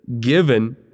given